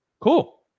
Cool